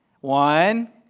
One